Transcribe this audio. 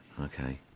Okay